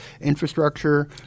infrastructure